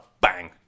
bang